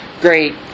Great